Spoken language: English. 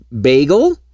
bagel